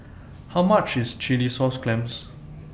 How much IS Chilli Sauce Clams